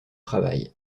travail